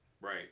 Right